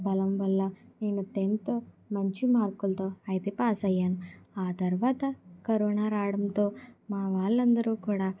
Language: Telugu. బలం వల్ల నేను టెన్త్ మంచి మార్కులతో అయితే పాస్ అయ్యాను ఆ తర్వాత కరోనా రావడంతో మా వాళ్లందరూ కూడా